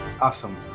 Awesome